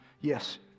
Yes